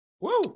Woo